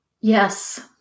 yes